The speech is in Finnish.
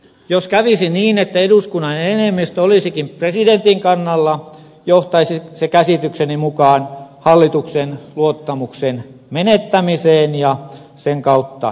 jos kävisi niin että eduskunnan enemmistö olisikin presidentin kannalla johtaisi se käsitykseni mukaan hallituksen luottamuksen menettämiseen ja sen kautta eroamiseen